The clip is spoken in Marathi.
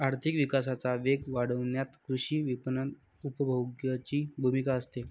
आर्थिक विकासाचा वेग वाढवण्यात कृषी विपणन उपभोगाची भूमिका असते